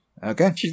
Okay